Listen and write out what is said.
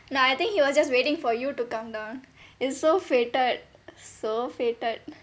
no I think he was just waiting for you to come down it's so fated so fated